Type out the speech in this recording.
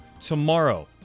tomorrow